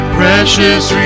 precious